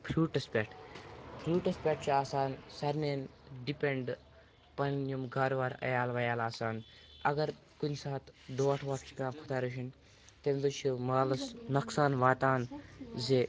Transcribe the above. فرٛوٗٹَس پٮ۪ٹھ فروٗٹَس پٮ۪ٹھ چھِ آسان سارنِیَن ڈِپیٚنٛڈ پَنٕنۍ یِم کارٕ وارٕ عیال وَیال آسان اگر کُنہِ ساتہٕ ڈوٗنٛٹھ ووٗنٛٹھ چھُ پیٚوان خۄدا رٔچھِنۍ تَمہِ سۭتۍ چھِ مالَس نۄقصان واتان زِ